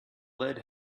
lead